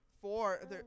Four